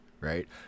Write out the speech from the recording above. right